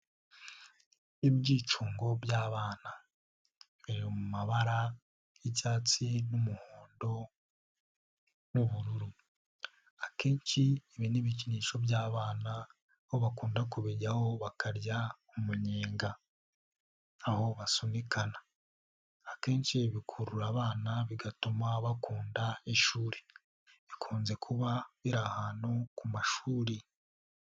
Ibyicungo by'abana biri mu mabara y'icyatsi n'umuhondo n'ubururu. Akenshi ibi n'ibikinisho by'abana aho bakunda kubijyaho bakarya umunyenga, aho basunikana. Akenshi bikurura abana bigatuma bakunda ishuri bikunze kuba biri ahantu ku mashuri.